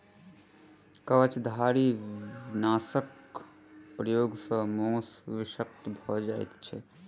कवचधारीनाशक प्रयोग सॅ मौस विषाक्त भ जाइत छै